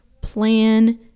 plan